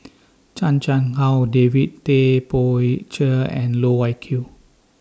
Chan Chang How David Tay Poey Cher and Loh Wai Kiew